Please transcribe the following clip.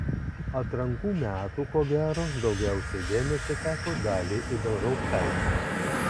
atrankų metų ko gero daugiausiai dėmesio teko daliai ibelhauptaitei